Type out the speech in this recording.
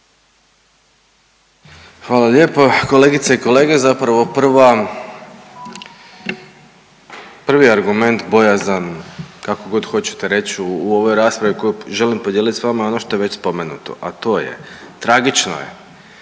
Hvala lijepa. Kolegice i kolege zapravo prva, prvi argument bojazan kako god hoćete reć ću u ovoj raspravi koju želim podijeli s vama ono što je već spomenuto. A to je, tragično je